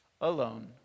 alone